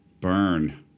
burn